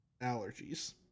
allergies